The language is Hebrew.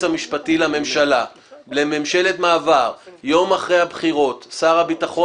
המשפטי לממשלה לממשלת מעבר יום אחרי הבחירות שר הביטחון